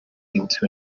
into